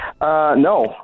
no